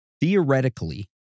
Theoretically